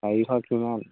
চাৰিশ কিমান